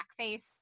blackface